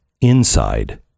inside